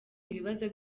ibibazo